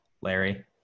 Larry